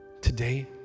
Today